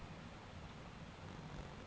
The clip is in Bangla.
লকের কাজের জনহে যে পারিশ্রমিক দেয়